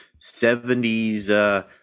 70s